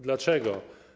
Dlaczego?